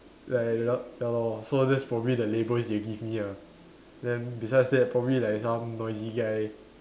like l~ ya lor so that's probably the labels they give me ah then besides that probably like some noisy guy